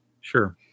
Sure